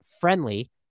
friendly